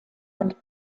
and